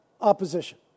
opposition